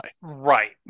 right